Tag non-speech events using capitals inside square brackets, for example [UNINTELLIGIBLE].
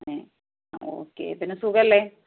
[UNINTELLIGIBLE] അപ്പോൾ ഒക്കെ പിന്നെ സുഖമല്ലേ